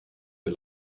für